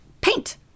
paint